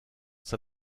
ça